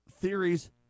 theories